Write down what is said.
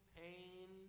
pain